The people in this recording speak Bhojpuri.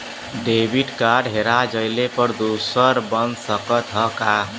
डेबिट कार्ड हेरा जइले पर दूसर बन सकत ह का?